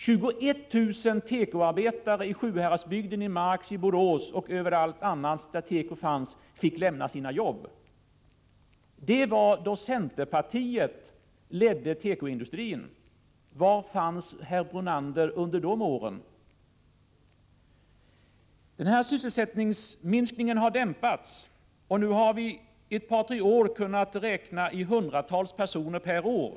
21 000 tekoarbetare i Sjuhäradsbygden — i Mark, Borås och överallt där det fanns tekoindustri — fick lämna sina arbeten. Det var under den tid då centerpartiet ledde tekoindustrin. Var fanns herr Brunander under de åren? Sysselsättningsminskningen har dämpats, och nu har vi under ett par tre år kunnat räkna med något hundratal personer per år.